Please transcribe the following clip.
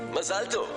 גולדה מאיר.